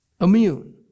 immune